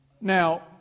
now